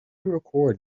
record